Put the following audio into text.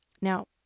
Now